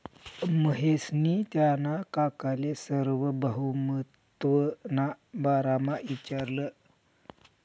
महेशनी त्याना काकाले सार्वभौमत्वना बारामा इचारं